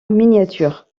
miniature